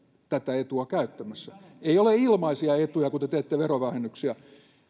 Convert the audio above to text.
tätä etua käyttämässä ei ole ilmaisia etuja kun te te teette verovähennyksiä